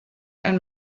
and